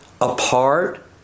apart